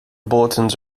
bulletins